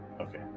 okay